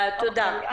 תודה.